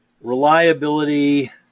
reliability